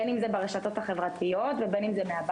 בין אם זה ברשתות החברתיות ובין אם זה מהבית,